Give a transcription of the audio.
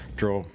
draw